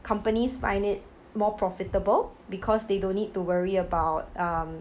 companies find it more profitable because they don't need to worry about um